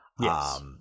Yes